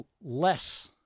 less